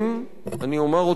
אני אומר אותם כאן: